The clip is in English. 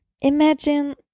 Imagine